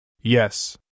Yes